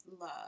love